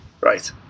Right